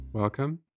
Welcome